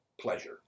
pleasure